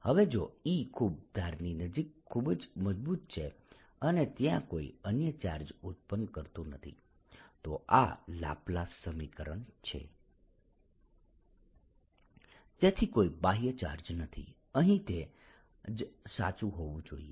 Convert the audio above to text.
હવે જો E ખૂબ ધારની નજીક ખૂબ જ મજબૂત છે અને ત્યાં કોઈ અન્ય ચાર્જ ઉત્પન્ન કરતું નથી તો આ લાપ્લાસ સમીકરણ છે તેથી કોઈ બાહ્ય ચાર્જ નથી અહીં તે જ સાચું હોવું જોઈએ